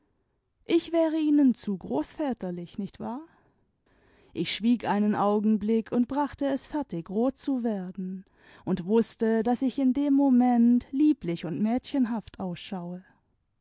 ich wäre ihnen zu großväterlich nicht wahr ich schwieg einen augenblick und brachte es fertig rot zu werden und wußte daß ich in dem moment lieblich und mädchenhaft ausschaue